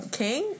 king